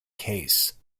case